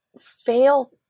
fail